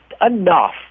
enough